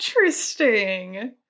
Interesting